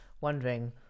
wondering